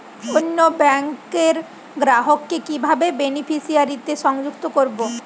অন্য ব্যাংক র গ্রাহক কে কিভাবে বেনিফিসিয়ারি তে সংযুক্ত করবো?